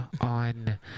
on